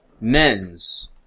Men's